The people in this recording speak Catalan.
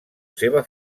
seva